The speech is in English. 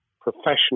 professional